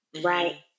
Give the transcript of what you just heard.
right